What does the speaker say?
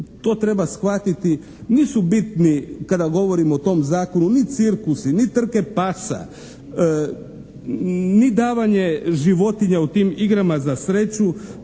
to treba shvatiti. Nisu bitni kada govorim o tom zakonu ni cirkusi, ni trke pasa, ni davanje životinja u tim igrama za sreću.